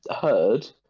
heard